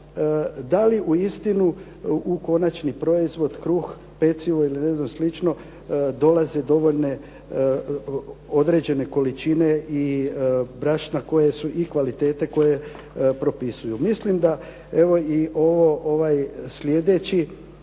da li uistinu u konačni proizvod, kruh, pecivo ili slično, dolaze dovoljne određene količine i brašna koje su i kvalitete koje propisuju. Mislim da evo i ovaj sljedeći